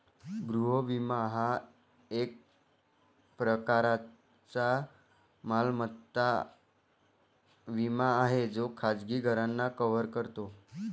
गृह विमा हा एक प्रकारचा मालमत्ता विमा आहे जो खाजगी घरांना कव्हर करतो